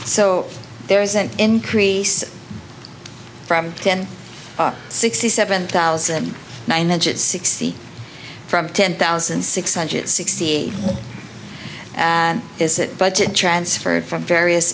so there is an increase from ten sixty seven thousand nine hundred sixty from ten thousand six hundred sixty and is it budget transferred from various